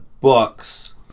books